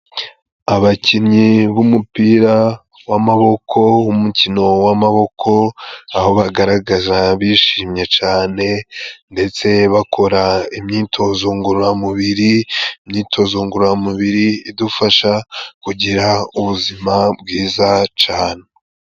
Abakinnyi b'umupira w'amaboko , umukino w'amaboko aho bagaragara bishimye cane ndetse bakora imyitozo ngororamubiri , imyitozo ngororamubiri idufasha kugira ubuzima bwiza cane.